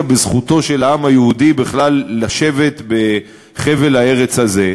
לזכותו של העם היהודי בכלל לשבת בחבל הארץ הזה,